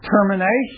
termination